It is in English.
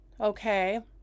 okay